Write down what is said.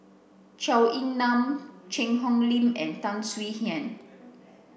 Zhou Ying Nan Cheang Hong Lim and Tan Swie Hian